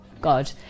God